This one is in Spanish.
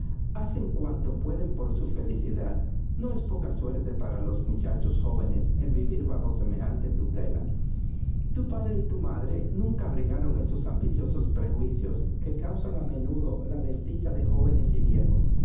hacen cuanto pueden por su felicidad no es poca suerte para los muchachos jóvenes el vivir bajo semejante tutela tu padre y tu madre nunca abrigaron esos ambiciosos prejuicios que causan a menudo la desdicha de jóvenes y viejos